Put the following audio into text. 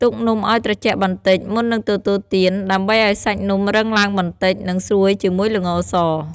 ទុកនំឱ្យត្រជាក់បន្តិច មុននឹងទទួលទាន ដើម្បីឲ្យសាច់នំរឹងឡើងបន្តិច និងស្រួយជាមួយល្ងស។